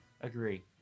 Agree